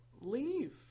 leave